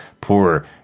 poor